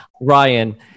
Ryan